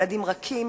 ילדים רכים,